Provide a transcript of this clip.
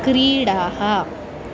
क्रीडाः